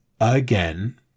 again